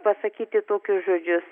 pasakyti tokius žodžius